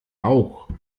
auch